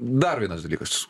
dar vienas dalykas